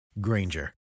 Granger